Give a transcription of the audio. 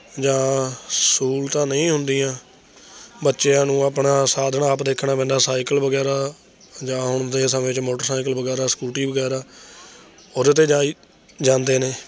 ਜਾਂ ਸਹੂਲਤਾਂ ਨਹੀਂ ਹੁੰਦੀਆਂ ਬੱਚਿਆਂ ਨੂੰ ਆਪਣਾ ਸਾਧਨ ਆਪ ਦੇਖਣਾ ਪੈਂਦਾ ਸਾਈਕਲ ਵਗੈਰਾ ਜਾਂ ਹੁਣ ਦੇ ਸਮੇਂ 'ਚ ਮੋਟਰਸਾਈਕਲ ਵਗੈਰਾ ਸਕੂਟੀ ਵਗੈਰਾ ਉਹਦੇ 'ਤੇ ਜਾਈ ਜਾਂਦੇ ਨੇ